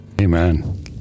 Amen